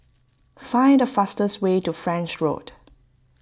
find the fastest way to French Road